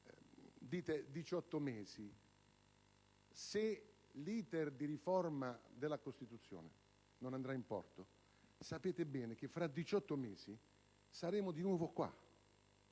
diciotto mesi. Se l'*iter* di riforma della Costituzione non andrà in porto sapete bene che fra diciotto mesi saremo di nuovo qua